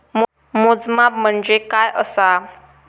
मोजमाप म्हणजे काय असा?